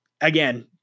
Again